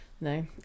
No